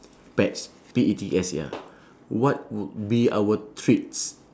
pets P E T S ya what would be our treats